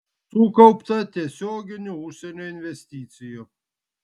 sukaupta tiesioginių užsienio investicijų